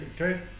Okay